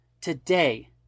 today